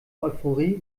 euphorie